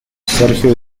sergio